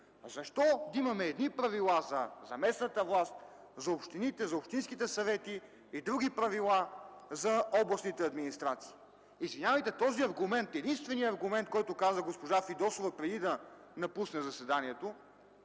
Защо имаме едни правила за местната власт, за общините, за общинските съвети и други правила за областните администрации? Извинявайте, този аргумент е единственият аргумент, който каза госпожа Фидосова, преди да напусне заседанието.